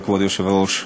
כבוד היושב-ראש.